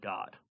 God